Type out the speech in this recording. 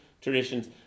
traditions